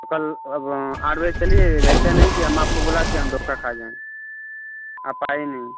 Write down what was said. तो कल अब आठ बजे चली आइएगा ऐसा नहीं कि हम आपको बोला के हम धोखा खा जाएँ आप आई नहीं